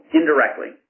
indirectly